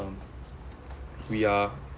um we are